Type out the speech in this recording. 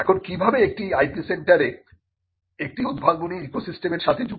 এখন কিভাবে একটি IP সেন্টার একটি উদ্ভাবনী ইকোসিস্টেমের সাথে যুক্ত